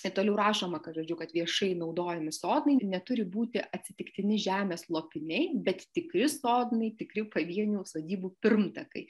na toliau rašoma kad žodžiu kad viešai naudojami sodnai neturi būti atsitiktini žemės lopiniai bet tikri sodnai tikri pavienių sodybų pirmtakai